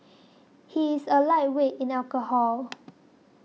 he is a lightweight in alcohol